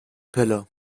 pille